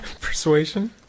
Persuasion